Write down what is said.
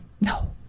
No